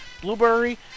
Blueberry